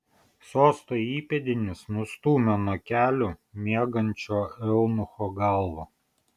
sosto įpėdinis nustūmė nuo kelių miegančio eunucho galvą